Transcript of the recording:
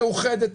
מאוחדת,